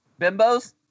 Bimbos